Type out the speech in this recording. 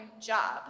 job